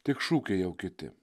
tik šūkiai jau kiti